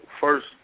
first